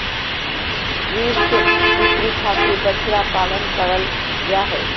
beef बिक्री खातिर बछड़ा पालन करल जा हय